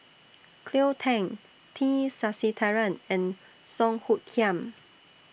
Cleo Thang T Sasitharan and Song Hoot Kiam